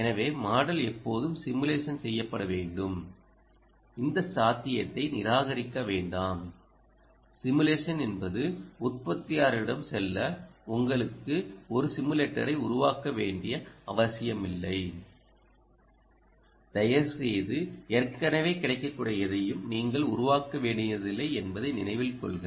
எனவே மாடல் எப்போதும் சிமுலேஷன் செய்யப்பட வேண்டும் இந்த சாத்தியத்தை நிராகரிக்க வேண்டாம் சிமுலேஷன் என்பது உற்பத்தியாளரிடம் செல்ல உங்களுக்கு ஒரு சிமுலேட்டரை உருவாக்க வேண்டிய அவசியமில்லை தயவுசெய்து ஏற்கனவே கிடைக்கக்கூடிய எதையும் நீங்கள் உருவாக்க வேண்டியதில்லை என்பதை நினைவில் கொள்க